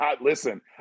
listen